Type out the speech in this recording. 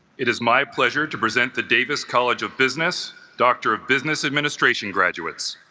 it is my pleasure to present the davis college of business doctor of business administration graduates